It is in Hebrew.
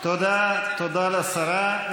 תודה לשרה.